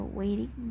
waiting